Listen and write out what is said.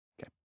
Okay